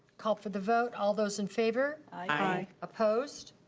call for the vote, all those in favor? aye. opposed?